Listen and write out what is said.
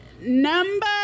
Number